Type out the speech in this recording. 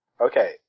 Okay